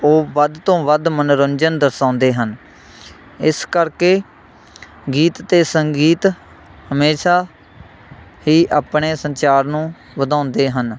ਉਹ ਵੱਧ ਤੋਂ ਵੱਧ ਮਨੋਰੰਜਨ ਦਰਸਾਉਂਦੇ ਹਨ ਇਸ ਕਰਕੇ ਗੀਤ ਅਤੇ ਸੰਗੀਤ ਹਮੇਸ਼ਾ ਹੀ ਆਪਣੇ ਸੰਚਾਰ ਨੂੰ ਵਧਾਉਂਦੇ ਹਨ